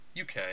UK